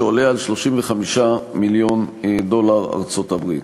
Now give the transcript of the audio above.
שגדול מ-35 מיליון דולר של ארצות-הברית.